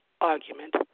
argument